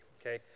Okay